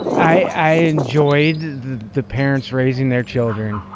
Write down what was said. i enjoyed the parents raising their children,